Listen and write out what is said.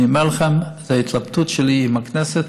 אני אומר לכם, את ההתלבטות שלי, עם הכנסת,